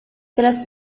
tras